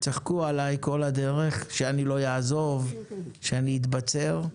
צחקו עלי כל הדרך, שאני לא אעזוב, שאני אתבצר.